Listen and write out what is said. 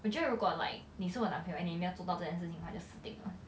我觉得如果 like 你是我男朋友 and 你没有做到这件事情的话你就死定了